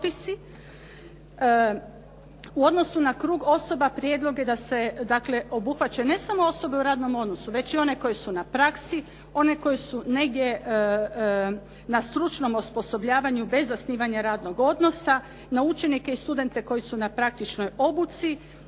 U odnosu na krug osoba, prijedlog je da se, dakle, obuhvaćaju ne samo osobe u radnom odnosu već i one koji su na praksi, one koji su negdje na stručnom osposobljavanju bez zasnivanja radnog odnosa, na učenike i studente koji su na praktičnoj obuci,